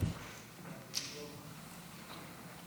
כי הונחה היום על שולחן